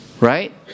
Right